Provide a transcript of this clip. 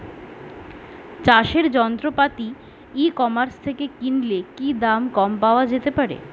চাষের যন্ত্রপাতি e commerce থেকে কিনলে কি দাম কম পাওয়া যেতে পারে?